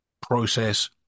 process